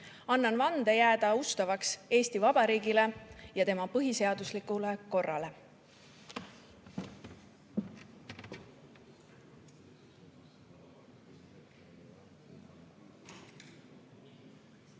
annan vande jääda ustavaks Eesti Vabariigile ja tema põhiseaduslikule korrale.